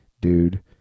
Dude